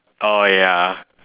oh ya